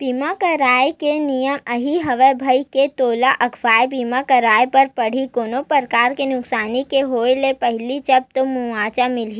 बीमा करवाय के नियम यही हवय भई के तोला अघुवाके बीमा करवाय ल परही कोनो परकार के नुकसानी के होय ले पहिली तब तो मुवाजा मिलही